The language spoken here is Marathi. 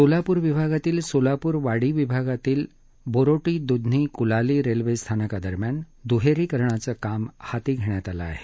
सोलापूर विभागातील सोलापूर वाडी विभागातील बोरोटी दुधनी कुलाली रेल्वे स्थानकांदरम्यान दुहेरीकरणाचं काम हाती घेण्यात आलं आहे